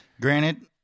Granted